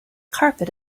carpet